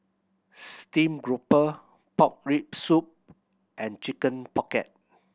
steamed grouper pork rib soup and Chicken Pocket